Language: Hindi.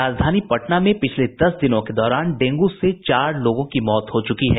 राजधानी पटना में पिछले दस दिनों के दौरान डेंगू से चार लोगों की मौत हो चुकी है